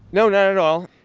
no, not at all.